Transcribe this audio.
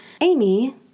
Amy